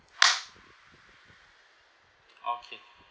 okay